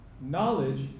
Knowledge